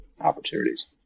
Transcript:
opportunities